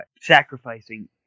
sacrificing